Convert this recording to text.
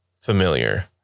familiar